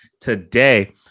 today